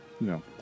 no